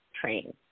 train